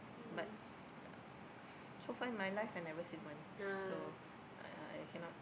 but so far in my life I've never seen one so uh uh I cannot